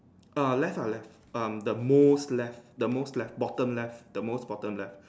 err left ah left um the most left the most left bottom left the most bottom left